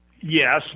Yes